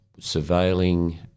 surveilling